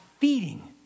feeding